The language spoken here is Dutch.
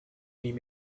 niet